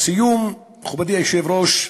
לסיום, מכובדי היושב-ראש,